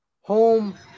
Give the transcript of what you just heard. home